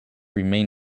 remain